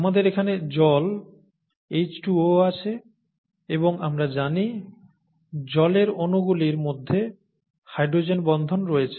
আমাদের এখানে জল H2O আছে এবং আমরা জানি জলের অনুগুলির মধ্যে হাইড্রোজেন বন্ধন রয়েছে